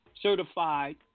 certified